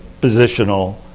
positional